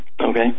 Okay